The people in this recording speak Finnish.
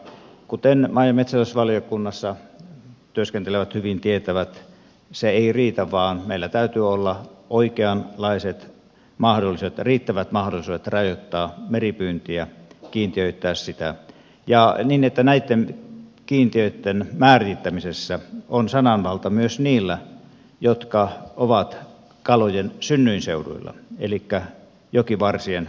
mutta kuten maa ja metsätalousvaliokunnassa työskentelevät hyvin tietävät se ei riitä vaan meillä täytyy olla oikeanlaiset riittävät mahdollisuudet rajoittaa meripyyntiä kiintiöittää sitä ja niin että näitten kiintiöitten määrittämisessä on sananvalta myös niillä jotka ovat kalojen synnyinseuduilla elikkä jokivarsien asukkailla